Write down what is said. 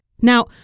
Now